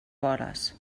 vores